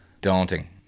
daunting